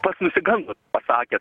pats nusigando pasakė